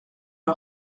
l’a